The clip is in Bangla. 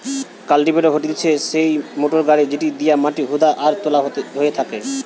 কাল্টিভেটর হতিছে সেই মোটর গাড়ি যেটি দিয়া মাটি হুদা আর তোলা হয় থাকে